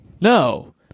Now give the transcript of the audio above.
No